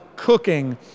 cooking